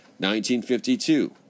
1952